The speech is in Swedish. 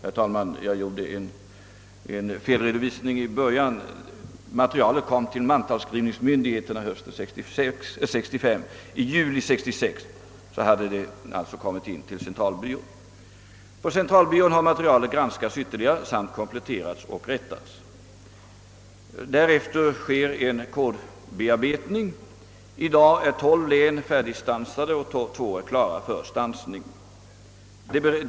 På centralbyrån har materialet granskats ytterligare samt kompletterats och rättats. Därefter företas en kodbearbetning. När ett län är färdigkodat lämnas det till stansning. I dag är tolv län färdigstansade och två är klara för stansning.